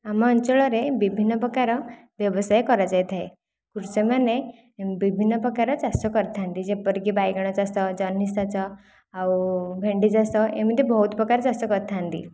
ଆମ ଅଞ୍ଚଳରେ ବିଭିନ୍ନ ପ୍ରକାର ବ୍ୟବସାୟ କରାଯାଇଥାଏ କୃଷକ ମାନେ ବିଭିନ୍ନ ପ୍ରକାର ଚାଷ କରିଥାନ୍ତି ଯେପରି କି ବାଇଗଣ ଚାଷ ଜହ୍ନି ଚାଷ ଆଉ ଭେଣ୍ଡି ଚାଷ ଏମିତି ବହୁତ ପ୍ରକାର ଚାଷ କରିଥାନ୍ତି